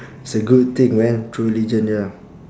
it's a good thing man true religion ya